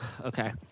Okay